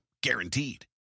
Guaranteed